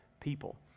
people